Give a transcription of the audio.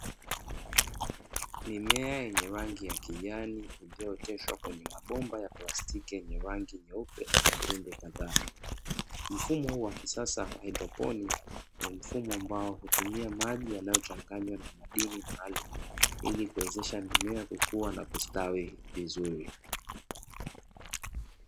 Mimea yenye rangi ya kijani, iliyooteshwa katika mabomba ya plastiki yenye rangi nyeupe na vitundu kadhaa. Mfumo huu wa kisasa wa haidroponi ni mfumo ambao hutumia maji yanayochanganywa na madini maalumu ili kuwezesha mmea kukua na kustawi vizuri .